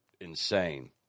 insane